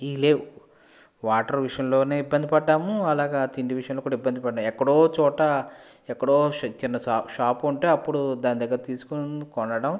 water విషయంలోనే ఇబ్బంది పడ్డాము అలాగ తిండి విషయం లో కూడా ఇబ్బంది పడ్డాము ఎక్కడో ఒక చోట ఎక్కడో ఓ చిన్న షాప్ ఉంటే అప్పుడు దాని దగ్గర తీసుకుని కొనడం